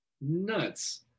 Nuts